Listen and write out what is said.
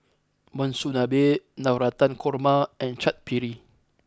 Monsunabe Navratan Korma and Chaat Papri